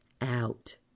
out